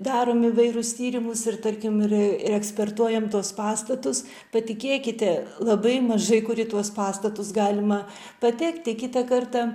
darom įvairius tyrimus ir tarkim ir ir ekspertuojam tuos pastatus patikėkite labai mažai kur į tuos pastatus galima patekti kitą kartą